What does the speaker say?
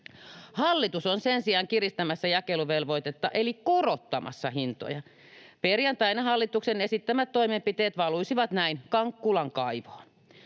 Hallitus on sen sijaan kiristämässä jakeluvelvoitetta eli korottamassa hintoja. Perjantaina hallituksen esittämät toimenpiteet valuisivat näin Kankkulan kaivoon.